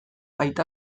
aita